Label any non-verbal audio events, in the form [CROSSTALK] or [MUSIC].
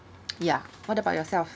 [NOISE] ya what about yourself